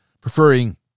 preferring